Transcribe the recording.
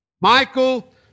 Michael